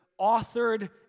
authored